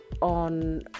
on